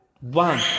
one